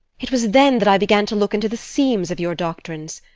it was then that i began to look into the seams of your doctrines.